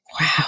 Wow